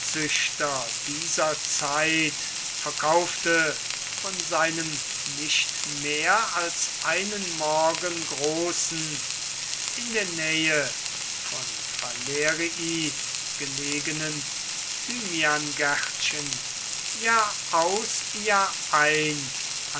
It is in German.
dieser zeit verkaufte von seinem nicht mehr als einen morgen großen in der nähe von falerii gelegenen thymiangärtchen jahr aus jahr ein